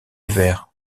vert